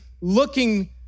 looking